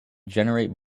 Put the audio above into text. generate